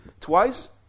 Twice